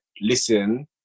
listen